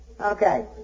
Okay